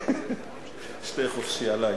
שתה חופשי, עלי.